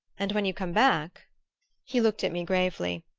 and when you come back he looked at me gravely.